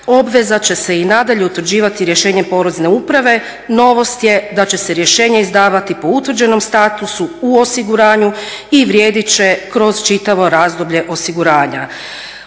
obveza će se i nadalje utvrđivati rješenjem Porezne uprave. Novost je da će se rješenje izdavati po utvrđenom statusu u osiguranju i vrijedit će kroz čitavo razdoblje osiguranja.